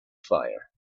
fire